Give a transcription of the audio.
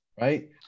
right